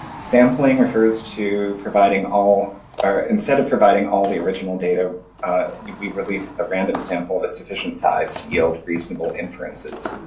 sampling refers to providing all or instead of providing providing all the original data we'd released a random sample of sufficient size to yield reasonable inferences.